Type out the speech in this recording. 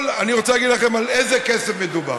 אני רוצה להגיד לכם בכמה כסף מדובר.